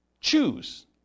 choose